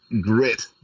grit